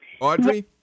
Audrey